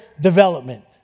development